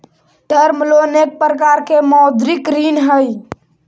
term loan एक प्रकार के मौदृक ऋण हई